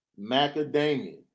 macadamia